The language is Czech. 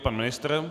Pan ministr.